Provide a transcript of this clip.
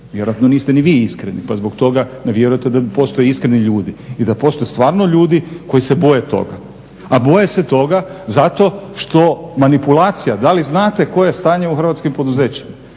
Vjerojatno niste ni vi iskreni pa zbog toga ne vjerujete da postoje iskreni ljudi i da postoje stvarno ljudi koji se boje toga. A boje se toga zato što je manipulacija. Da li znate koje je stanje u hrvatskim poduzećima,